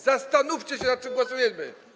Zastanówcie się, nad czym głosujemy.